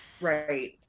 Right